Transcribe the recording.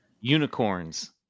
Unicorns